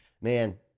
man